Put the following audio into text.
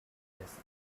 office